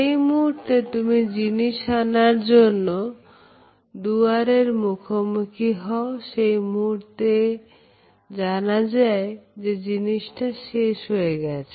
যেই মুহুর্তে তুমি জিনিস আনার জন্য দুয়ারের মুখোমুখি হও সেই মুহূর্তে জানায় যে জিনিসটি শেষ হয়ে গেছে